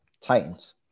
Titans